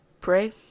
pray